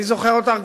אני זוכר אותך,